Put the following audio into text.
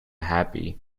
happy